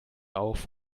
auf